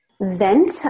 vent